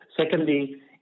Secondly